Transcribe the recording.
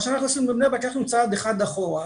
מה שאנחנו עשינו בבני ברק, לקחנו צעד אחד אחורה.